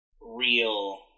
real